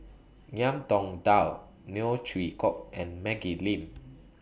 Ngiam Tong Dow Neo Chwee Kok and Maggie Lim